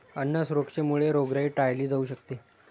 अन्न सुरक्षेमुळे रोगराई टाळली जाऊ शकते